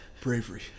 bravery